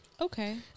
Okay